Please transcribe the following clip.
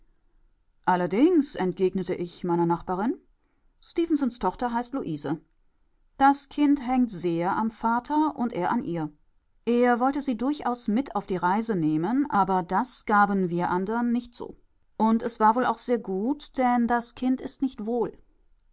entgegnete ich meiner nachbarin stefensons tochter heißt luise das kind hängt sehr am vater und er an ihr er wollte sie durchaus mit auf die reise nehmen aber das gaben wir anderen nicht zu und es war auch sehr gut denn das kind ist nicht